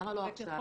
למה לא עכשיו?